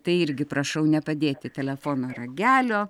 tai irgi prašau nepadėti telefono ragelio